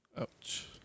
Ouch